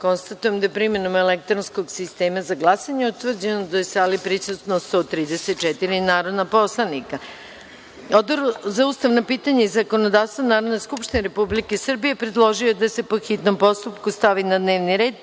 jedinice. Konstatujem da primenom elektronskog sistema za glasanje utvrđeno da je u sali prisutno 134 narodna poslanika. Odbor za ustavna pitanja i zakonodavstvo Narodne skupštine Republike Srbije predložio je da se po hitnom postupku, stavi na dnevni red